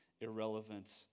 irrelevant